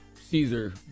Caesar